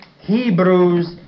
Hebrews